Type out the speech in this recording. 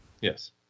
Yes